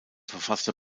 verfasste